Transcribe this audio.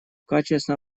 качестве